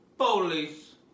police